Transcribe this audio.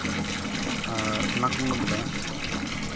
ᱟᱨ ᱚᱱᱟᱠᱚ ᱢᱩᱫᱽᱨᱮ